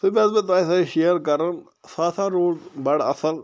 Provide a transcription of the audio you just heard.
سُہ تہِ ییٚژھہٕ بہٕ تۄہہِ سۭتۍ شیر کرُن سُہ ہسا روٗز بَڑٕ اصٕل